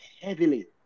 heavily